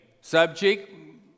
subject